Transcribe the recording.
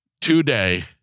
today